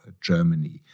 Germany